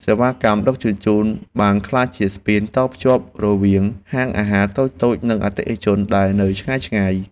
សេវាកម្មដឹកជញ្ជូនបានក្លាយជាស្ពានតភ្ជាប់រវាងហាងអាហារតូចៗ និងអតិថិជនដែលនៅឆ្ងាយៗ។